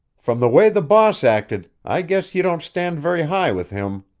from the way the boss acted, i guess you don't stand very high with him!